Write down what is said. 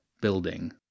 building